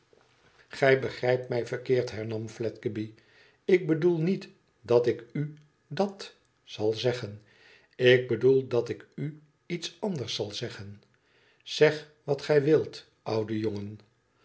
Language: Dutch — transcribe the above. gij begrijpt mij verkeerd hernam fledgeby tik bedoel niet dat ik u dat zal zeggen ik bedoel dat ik u iets anders zal zeggen zeg wat gij wilt oude jongen